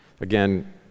Again